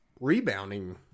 rebounding